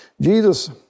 Jesus